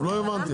-- במקום להפנות